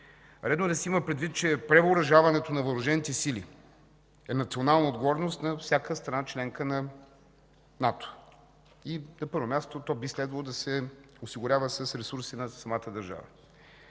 Редно е да се има предвид, че превъоръжаването на Въоръжените сили е национална отговорност на всяка страна –членка на НАТО, и на първо място би трябвало да се осигурява с ресурси на самата държава.